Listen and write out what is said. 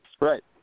Right